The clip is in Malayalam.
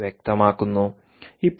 സമയം കാണുക 6220